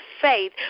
faith